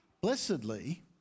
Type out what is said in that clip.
Blessedly